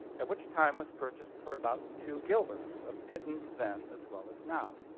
at which time was purchased for about two guilders, a pittance then as well as now.